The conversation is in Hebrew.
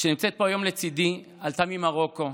שנמצאת פה היום לצידי, עלתה ממרוקו,